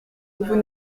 vous